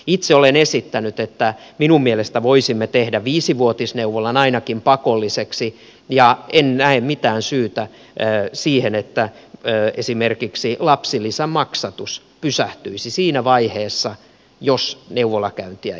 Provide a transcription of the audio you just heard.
itse olen esittänyt että minun mielestäni voisimme tehdä ainakin viisivuotisneuvolan pakolliseksi ja en näe mitään syytä siihen että esimerkiksi lapsilisän maksatus pysähtyisi siinä vaiheessa jos neuvolakäyntiä ei hoideta